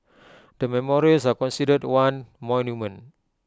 the memorials are considered one monument